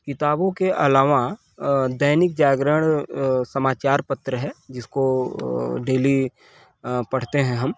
किताबों के अलावा अ दैनिक जागरण अ समाचार पत्र है जिसको अ डेली अ पढ़ते हैं हम